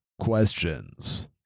questions